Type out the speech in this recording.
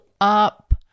up